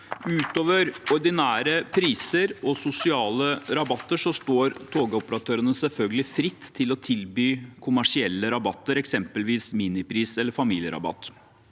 Utover ordinære priser og sosiale rabatter står togoperatørene selvfølgelig fritt til å tilby kommersielle rabatter, eksempelvis minipris eller familierabatt.